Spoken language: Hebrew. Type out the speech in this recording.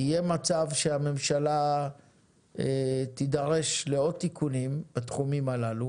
יהיה מצב שהממשלה תידרש לעוד תיקונים בתחומים הללו